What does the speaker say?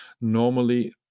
normally